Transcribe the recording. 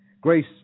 Grace